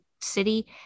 city